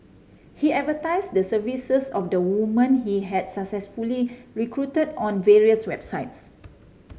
he advertised the services of the women he had successfully recruited on various websites